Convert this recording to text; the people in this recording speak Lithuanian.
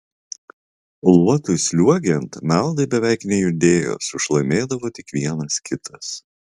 luotui sliuogiant meldai beveik nejudėjo sušlamėdavo tik vienas kitas